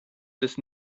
des